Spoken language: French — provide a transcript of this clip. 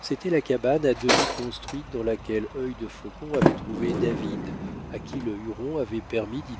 c'était la cabane à demi construite dans laquelle œil de faucon avait trouvé david à qui le huron avait permis d'y